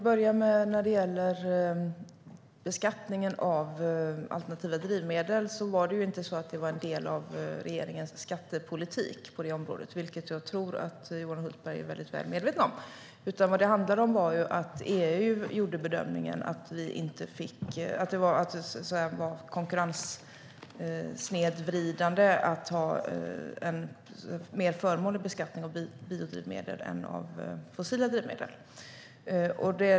Herr talman! Beskattningen av alternativa drivmedel var inte en del av regeringens skattepolitik på området, vilket jag tror att Johan Hultberg är väl medveten om. EU gjorde bedömningen att det var konkurrenssnedvridande att ha en mer förmånlig beskattning av biodrivmedel än av fossila drivmedel.